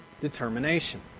determination